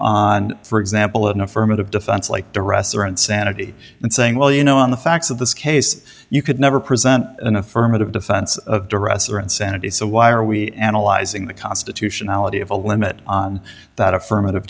on for example an affirmative defense like the arrest or insanity and saying well you know on the facts of this case you could never present an affirmative defense of duress or insanity so why are we analyzing the constitutionality of a limit on that affirmative